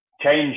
change